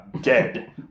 dead